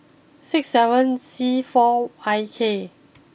six seven C four I K